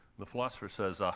the philosopher says, ah